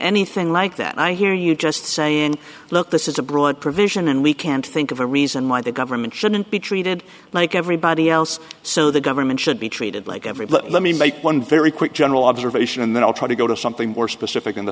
anything like that i hear you just saying look this is a broad provision and we can't think of a reason why the government shouldn't be treated like everybody else so the government should be treated like every let me make one very quick general observation and then i'll try to go to something more specific in the